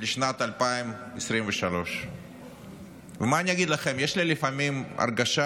לשנת 2023. מה אני אגיד לכם, לפעמים יש לי הרגשה